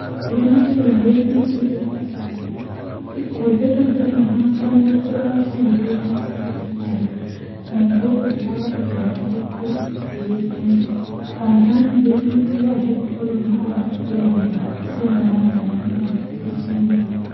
Ko rayuwa hunde nufata kanjum woni adon joodi jam be jam haa saare ma adon nyama boddum adon waala haa babal boddum adon borna boddum nden adon mari ceede jei he'ata ma awawan waduki ko ayidi wadugo fuu.